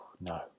No